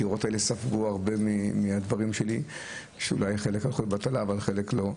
הקירות האלה ספגו הרבה מהדברים שלי שאולי חלק הלכו לבטלה אבל חלק לא.